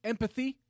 Empathy